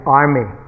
army